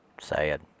Sad